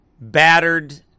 battered